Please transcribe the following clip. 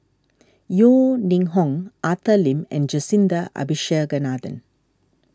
Yeo Ning Hong Arthur Lim and Jacintha Abisheganaden